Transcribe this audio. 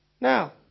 Now